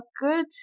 good